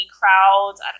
crowds